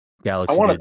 Galaxy